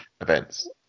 events